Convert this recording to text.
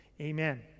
Amen